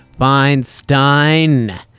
Feinstein